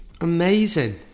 amazing